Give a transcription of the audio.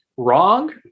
Wrong